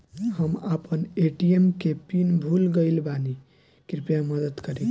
हम आपन ए.टी.एम के पीन भूल गइल बानी कृपया मदद करी